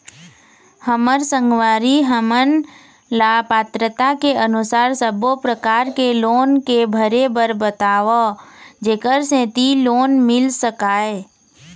हमर संगवारी हमन ला पात्रता के अनुसार सब्बो प्रकार के लोन के भरे बर बताव जेकर सेंथी लोन मिल सकाए?